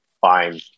Fine